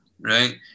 Right